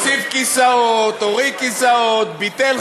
מפני שאנחנו